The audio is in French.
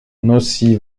aussi